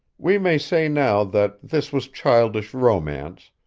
we may say now that this was childish romance,